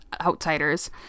outsiders